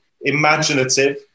imaginative